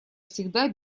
всегда